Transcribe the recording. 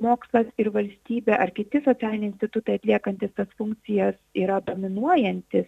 mokslas ir valstybė ar kiti socialiniai institutai atliekantys funkcijas yra dominuojantys